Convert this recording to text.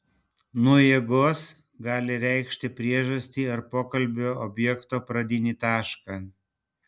nuo jėgos gali reikšti priežastį ar pokalbio objekto pradinį tašką